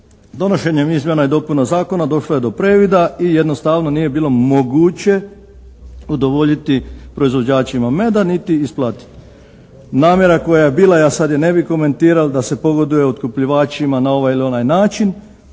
donošenjem izmjena i dopuna zakona došlo je do previda i jednostavno nije bilo moguće udovoljiti proizvođačima meda niti isplatiti. Namjera koja je bila, ja sad je ne bi komentiral' da se pogoduje otkupljivačima na ovaj ili onaj način,